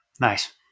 nice